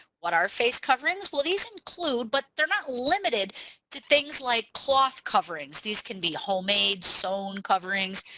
what are face coverings? well these include but they're not limited to things like cloth coverings. these can be homemade sewn coverings,